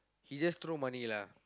he just throw money lah